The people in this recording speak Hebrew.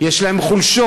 יש להם חולשות.